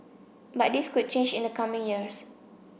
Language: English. but this could change in the coming years